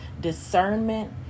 discernment